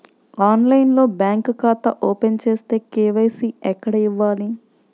ఆన్లైన్లో బ్యాంకు ఖాతా ఓపెన్ చేస్తే, కే.వై.సి ఎక్కడ ఇవ్వాలి?